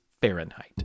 Fahrenheit